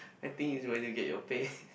I think is when you get your pay